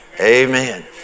Amen